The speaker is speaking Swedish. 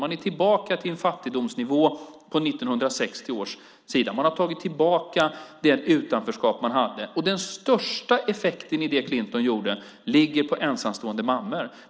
Man är tillbaka till fattigdomsnivån 1960. Man har tagit tillbaka det utanförskap man hade. Den största effekten i det Clinton gjorde ligger på ensamstående mammor.